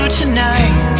tonight